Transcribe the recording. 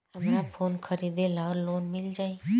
हमरा फोन खरीदे ला लोन मिल जायी?